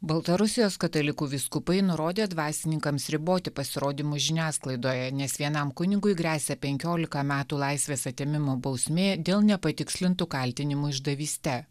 baltarusijos katalikų vyskupai nurodė dvasininkams riboti pasirodymus žiniasklaidoje nes vienam kunigui gresia penkiolika metų laisvės atėmimo bausmė dėl nepatikslintų kaltinimų išdavyste